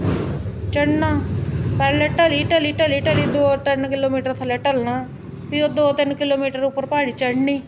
चढ़ना पैह्लें ढली ढली ढली दो तिन्न किलोमीटर थ'ल्ले ढलना भी ओह् दो तिन्न किलोमीटर उप्पर प्हाड़ी चढ़नी